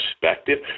perspective